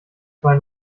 zwei